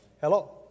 Hello